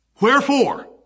Wherefore